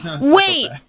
Wait